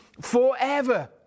forever